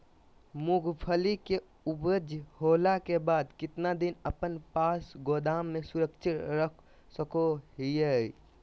मूंगफली के ऊपज होला के बाद कितना दिन अपना पास गोदाम में सुरक्षित रख सको हीयय?